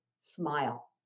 smile